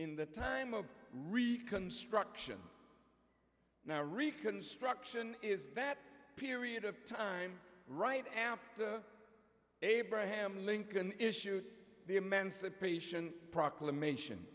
in the time of reconstruction now reconstruction is that period of time right after abraham lincoln issue the emancipation proclamation